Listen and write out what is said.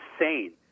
insane